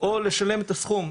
או לשלם את הסכום.